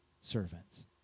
servants